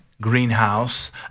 greenhouse